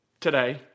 today